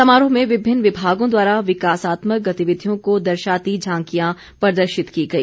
समारोह में विभिन्न विभागों द्वारा विकासात्मक गतिविधियों को दर्शाती झांकियां प्रदर्शित की गई